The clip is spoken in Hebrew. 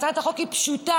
הצעת החוק היא פשוטה.